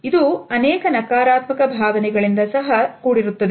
ಇದು ಅನೇಕ ನಕಾರಾತ್ಮಕ ಭಾವನೆಗಳಿಂದ ಸಹ ಸಂಬಂಧಿಸಿರುತ್ತದೆ